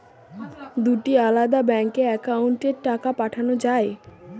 দুটি আলাদা ব্যাংকে অ্যাকাউন্টের টাকা পাঠানো য়ায়?